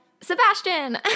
Sebastian